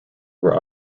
were